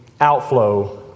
outflow